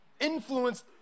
Influence